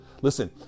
Listen